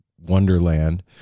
wonderland